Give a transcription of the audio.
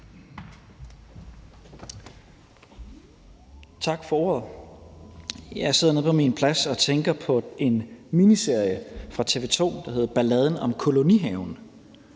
Tak for ordet. Jeg sidder nede på min plads og tænker på en miniserie fra TV 2, der hedder »Balladen om kolonihaven«.